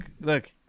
look